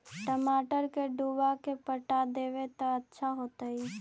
टमाटर के डुबा के पटा देबै त अच्छा होतई?